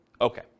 Okay